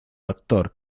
actor